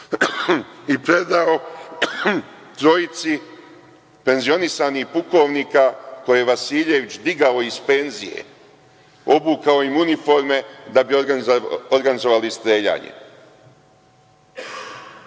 i predao trojici penzionisanih pukovnika koje je Vasiljević digao iz penzije, obukao im uniforme da bi organizovali streljanje.